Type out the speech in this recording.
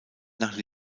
nach